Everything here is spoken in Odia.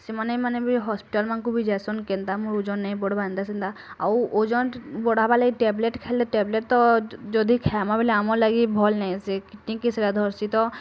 ସେମାନେ ମାନେ ବି ହସ୍ପିଟାଲ୍ ମାନକୁଁ ବି ଯାଇସନ୍ କେନ୍ତା ମୋର୍ ଓଜନ୍ ନାଇଁ ବଢ଼୍ବା ଏନ୍ତା ସେନ୍ତା ଆଉ ଓଜନ୍ ବଢ଼ାବା ଲାଗି ଟାବଲେଟ୍ ଖାଏଲେ ଟାବଲେଟ୍ ତ ଯଦି ଖାଏମା ବଲେ ଆମର୍ ଲାଗି ଭଲ୍ ନାଇସେ କୀଡ଼ନୀ କେ ସେଇଟା ଧର୍ସି ତ